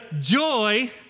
joy